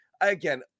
again